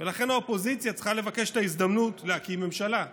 האופוזיציה צריכה לבקש את ההזדמנות להקים ממשלה.